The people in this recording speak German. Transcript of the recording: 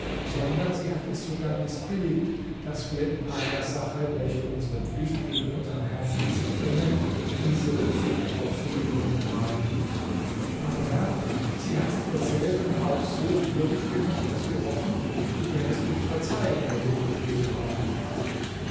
sondern sie hat es sogar mißbilligt daß wir in einer sache welche unsere pflicht gegen unsern herrn mit sich bringe diese rücksicht auf sie genommen haben aber herr sie hat sich derselben auch so würdig gemacht daß wir hoffen du werdest uns verzeihen wenn wir gefehlt haben